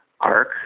arc